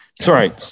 Sorry